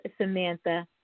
Samantha